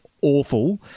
awful